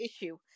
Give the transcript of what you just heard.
issue